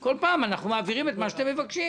אנחנו כל פעם מעבירים את מה שאתם מבקשים,